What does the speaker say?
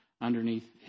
underneath